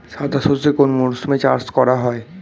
সাদা সর্ষে কোন মরশুমে চাষ করা হয়?